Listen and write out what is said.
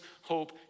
hope